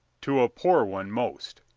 to a poor one most.